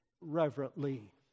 reverently